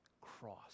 cross